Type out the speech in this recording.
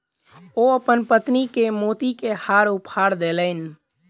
ओ अपन पत्नी के मोती के हार उपहार देलैन